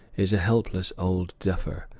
is a helpless old duffer,